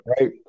right